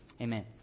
amen